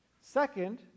Second